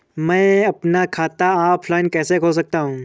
मैं अपना खाता ऑफलाइन कैसे खोल सकता हूँ?